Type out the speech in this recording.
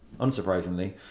Unsurprisingly